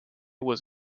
was